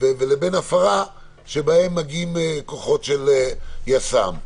לבין הפרה שבה מגיעים כוחות של יס"מ.